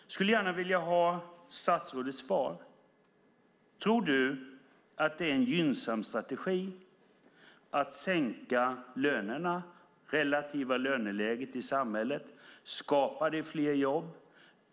Jag skulle gärna vilja ha statsrådets svar: Tror Hillevi Engström att det är en gynnsam strategi att sänka det relativa löneläget i samhället? Skapar det fler jobb?